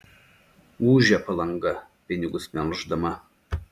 ūžia palanga pinigus melždama